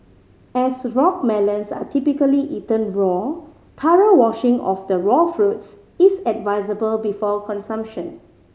as rock melons are typically eaten raw thorough washing of the raw fruits is advisable before consumption